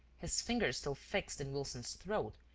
his fingers still fixed in wilson's throat,